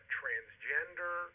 transgender